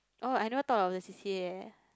oh I never thought of the C_C_A leh